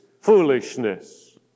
foolishness